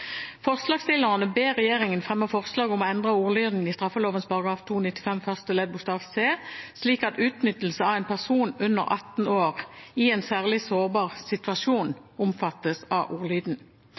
Forslagsstillerne ber regjeringen fremme forslag om å endre ordlyden i straffeloven § 295 første ledd bokstav c, slik at utnyttelse av en person under 18 år i en særlig sårbar situasjon